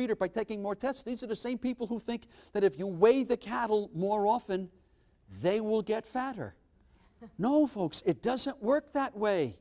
reader by taking more tests these are the same people who think that if you weigh the cattle more often they will get fatter you know folks it doesn't work that way